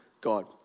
God